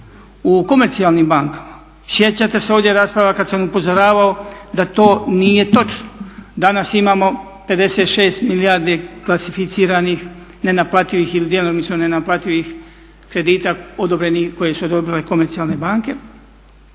u komercijalnim bankama. Sjećate se ovdje rasprava kada sam upozoravao da to nije točno. Danas imamo 56 milijardi klasificiranih, nenaplativih ili djelomično nenaplativih kredita odobrenih koje su odobrile komercijalne banke.